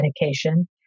medication